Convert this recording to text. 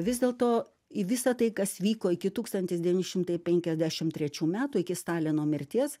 vis dėlto į visą tai kas vyko iki tūkstantis devyni šimtai penkiasdešim trečių metų iki stalino mirties